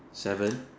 seven